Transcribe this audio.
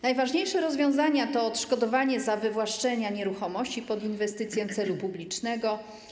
Najważniejsze rozwiązania to odszkodowanie za wywłaszczenia nieruchomości pod inwestycję celu publicznego.